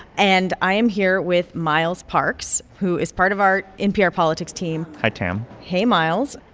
and i am here with miles parks, who is part of our npr politics team hi, tam hey, miles.